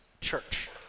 church